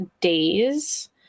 days